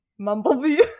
mumblebee